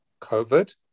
COVID